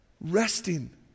resting